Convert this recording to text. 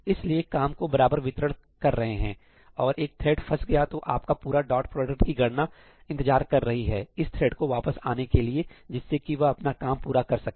इसलिए काम का बराबर वितरण कर रहे हैं और एक थ्रेड फस गया तो आपका पूरा डॉट प्रोडक्ट की गणना इंतजार कर रही है इस थ्रेड को वापस आने के लिए जिससे कि वह अपना काम पूरा कर सके